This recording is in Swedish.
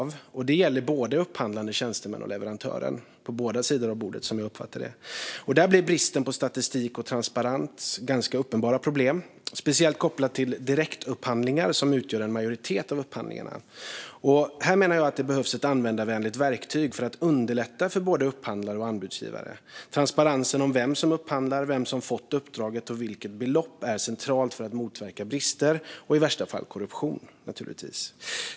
Detta gäller både upphandlande tjänsteman och leverantör - båda sidor av bordet - som jag uppfattar det. Där blir bristen på statistik och transparens uppenbara problem, speciellt kopplat till direktupphandlingar, som utgör en majoritet av upphandlingarna. Här menar jag att det behövs ett användarvänligt verktyg för att underlätta för både upphandlare och anbudsgivare. Transparens när det gäller vem som upphandlar, vem som fått uppdraget och till vilket belopp är centralt för att motverka brister och i värsta fall korruption.